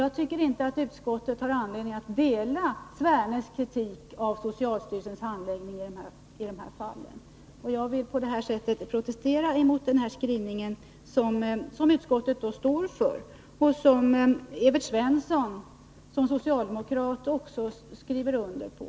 Jag tycker inte utskottet har anledning att dela Svernes kritik av socialstyrelsens handläggning, och jag vill på detta sätt protestera emot den skrivning som utskottet står för och som Evert Svensson som socialdemokrat också skriver under.